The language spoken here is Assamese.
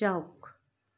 যাওক